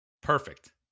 Perfect